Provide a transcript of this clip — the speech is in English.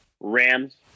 Rams